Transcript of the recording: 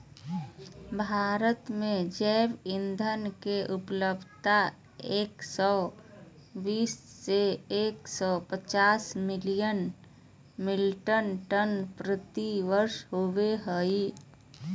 भारत में जैव ईंधन के उपलब्धता एक सौ बीस से एक सौ पचास मिलियन मिट्रिक टन प्रति वर्ष होबो हई